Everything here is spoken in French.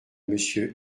monsieur